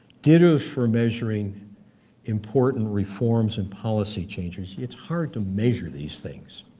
ditto for measuring important reforms and policy changes, it's hard to measure these things.